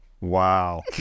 Wow